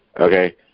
Okay